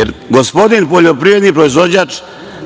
Jer, gospodin poljoprivredni proizvođač